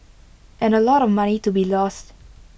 and A lot of money to be lost